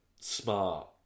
smart